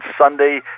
Sunday